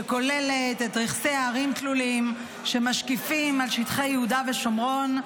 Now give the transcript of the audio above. שכוללת רכסי הרים תלולים שמשקיפים על שטחי יהודה ושומרון,